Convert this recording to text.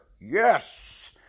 yes